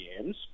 games